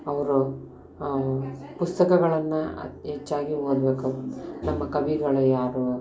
ಅವರು ಪುಸ್ತಕಗಳನ್ನು ಅತಿ ಹೆಚ್ಚಾಗಿ ಓದಬೇಕು ನಮ್ಮ ಕವಿಗಳು ಯಾರು